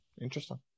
Interesting